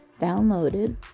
downloaded